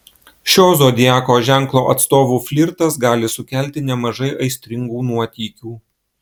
šio zodiako ženklo atstovų flirtas gali sukelti nemažai aistringų nuotykių